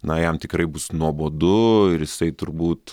na jam tikrai bus nuobodu ir jisai turbūt